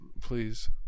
Please